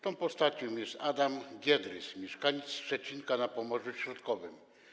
Tą postacią jest Adam Giedrys, mieszkaniec Szczecinka na Pomorzu Środkowym.